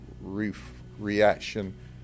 reaction